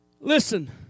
Listen